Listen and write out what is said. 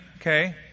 okay